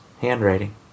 handwriting